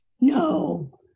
No